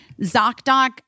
Zocdoc